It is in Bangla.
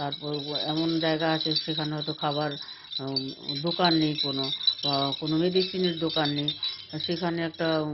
তারপর ও এমন জায়গা আছে সেখানে হয়তো খাবার দোকান নেই কোনো বা কোনো মেডিসিনের দোকান নেই আর সেখানে একটা